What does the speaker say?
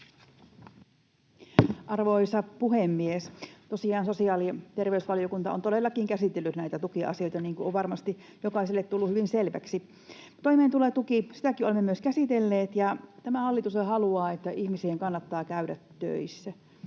Arvoisa puhemies! Tosiaan sosiaali- ja terveysvaliokunta on todellakin käsitellyt näitä tukiasioita, niin kuin on varmasti jokaiselle tullut hyvin selväksi. Toimeentulotukeakin olemme käsitelleet, ja tämä hallitus haluaa, että ihmisten kannattaa käydä töissä.